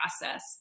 process